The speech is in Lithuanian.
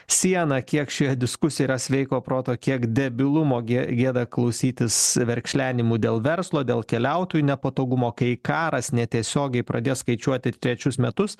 sieną kiek ši diskusija yra sveiko proto kiek debilumo gi gėda klausytis verkšlenimų dėl verslo dėl keliautojų nepatogumo kai karas netiesiogiai pradės skaičiuoti trečius metus